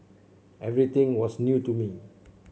everything was new to me